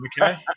okay